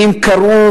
ואם קראו,